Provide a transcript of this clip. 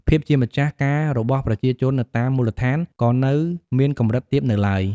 ភាពជាម្ចាស់ការរបស់ប្រជាជននៅតាមមូលដ្ឋានក៏នៅមានកម្រិតទាបនៅឡើយ។